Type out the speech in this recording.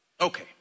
Okay